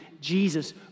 Jesus